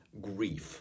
grief